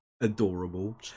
adorable